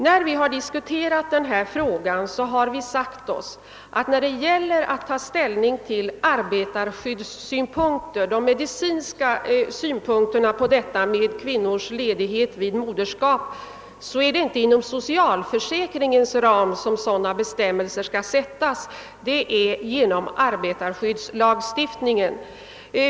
När vi diskuterat denna fråga har vi sagt oss att det inte är inom socialförsäkringens ram utan genom arbetarskyddslagstiftningen som ställning skall tas till arbetarskyddssynpunkterna, de medicinska synpunkterna på kvinnors ledighet vid moderskap.